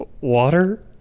water